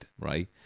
right